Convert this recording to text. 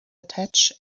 attach